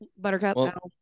buttercup